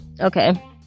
okay